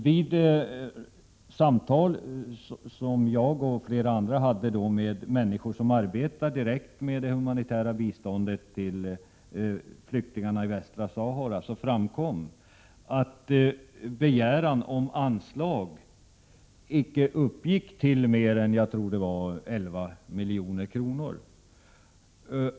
Vid samtal som jag och flera andra då hade med människor som arbetar direkt med det humanitära biståndet till flyktingarna i Västra Sahara framkom att det anslag som begärdes icke uppgick till mer än 11 milj.kr.